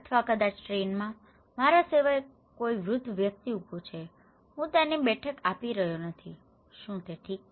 અથવા કદાચ ટ્રેનમાં મારા સિવાય કોઈ વૃદ્ધ વ્યક્તિ ઉભું છે હું તેની બેઠક આપી રહ્યો નથી શું તે ઠીક છે